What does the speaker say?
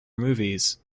movies